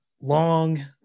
long